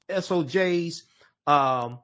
SOJ's